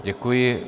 Děkuji.